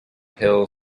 hill